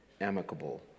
amicable